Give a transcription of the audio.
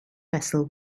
vessel